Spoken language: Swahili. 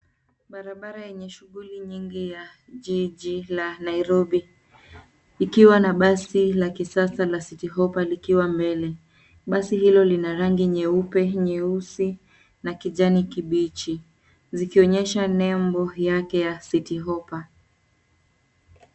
Barabara yenye shughuli nyingi ya jiji la Nairobi, ikiwa na basi la kisasa la Citi hoppa likiwa mbele, basi hilo lina rangi nyeupe, nyeusi, na kijani kibichi, zikionyesha nembo yake ya Citi hoppa .